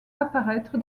apparaître